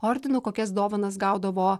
ordinu kokias dovanas gaudavo